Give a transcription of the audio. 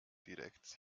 genannt